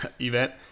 event